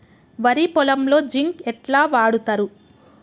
వరి పొలంలో జింక్ ఎట్లా వాడుతరు?